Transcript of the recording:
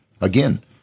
Again